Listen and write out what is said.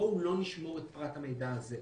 בואו לא נשמור את פרט המידע הזה.